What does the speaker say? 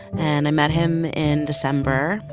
and i met him in december.